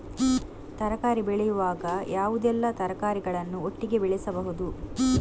ತರಕಾರಿ ಬೆಳೆಯುವಾಗ ಯಾವುದೆಲ್ಲ ತರಕಾರಿಗಳನ್ನು ಒಟ್ಟಿಗೆ ಬೆಳೆಸಬಹುದು?